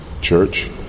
Church